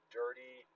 dirty